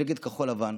מפלגת כחול לבן,